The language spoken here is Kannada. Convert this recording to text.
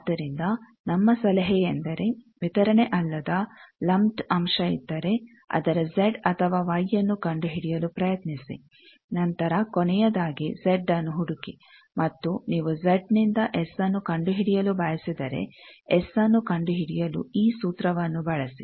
ಆದ್ದರಿಂದ ನಮ್ಮ ಸಲಹೆಯೆಂದರೆ ವಿತರಣೆ ಅಲ್ಲದ ಲಂಪ್ದ್ ಅಂಶ ಇದ್ದರೆ ಅದರ ಜೆಡ್ ಅಥವಾ ವೈ ನ್ನು ಕಂಡುಹಿಡಿಯಲು ಪ್ರಯತ್ನಿಸಿ ನಂತರ ಕೊನೆಯದಾಗಿ ಜೆಡ್ನ್ನು ಹುಡುಕಿ ಮತ್ತು ನೀವು ಜೆಡ್ನಿಂದ ಎಸ್ ನ್ನು ಕಂಡುಹಿಡಿಯಲು ಬಯಸಿದರೆ ಎಸ್ನ್ನು ಕಂಡುಹಿಡಿಯಲು ಈ ಸೂತ್ರವನ್ನು ಬಳಸಿ